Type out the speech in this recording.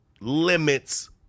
limits